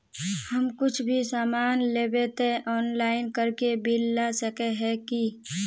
हम कुछ भी सामान लेबे ते ऑनलाइन करके बिल ला सके है की?